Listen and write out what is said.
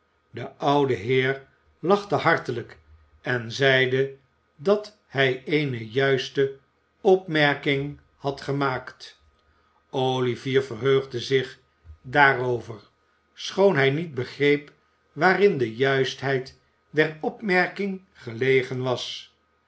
de oude heer lachte hartelijk en zeide dat hij eene juiste opmerking had gemaakt olivier verheugde zich daarover schoon hij niet begreep waarin de juistheid der opmerking gelegen was